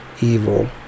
evil